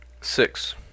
Six